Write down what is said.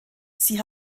sie